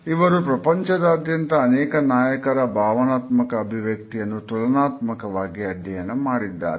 ಇವರು ಪ್ರಪಂಚದಾದ್ಯಂತ ಅನೇಕ ನಾಯಕರ ಭಾವನಾತ್ಮಕ ಅಭಿವ್ಯಕ್ತಿಯನ್ನು ತುಲನಾತ್ಮಕವಾಗಿ ಅಧ್ಯಯನ ಮಾಡಿದ್ದಾರೆ